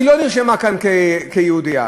היא לא נרשמה כאן כיהודייה.